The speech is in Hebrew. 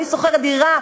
אני שוכרת דירה.